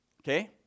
Okay